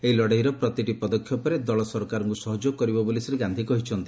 ଏହି ଲଢେଇର ପ୍ରତିଟି ପଦକ୍ଷେପରେ ଦଳ ସରକାରଙ୍କୃ ସହଯୋଗ କରିବ ବୋଲି ଶ୍ରୀ ଗାନ୍ଧୀ କହିଛନ୍ତି